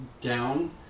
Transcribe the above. down